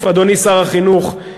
אדוני שר החינוך,